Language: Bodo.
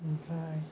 ओमफ्राय